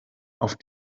auf